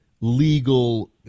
legal